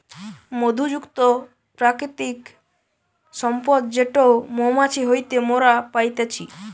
মধু যুক্ত প্রাকৃতিক সম্পদ যেটো মৌমাছি হইতে মোরা পাইতেছি